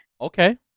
Okay